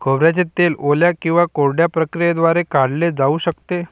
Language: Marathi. खोबऱ्याचे तेल ओल्या किंवा कोरड्या प्रक्रियेद्वारे काढले जाऊ शकते